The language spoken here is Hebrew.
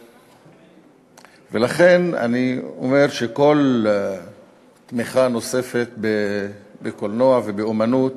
לכן אני אומר שכל תמיכה נוספת בקולנוע ובאמנות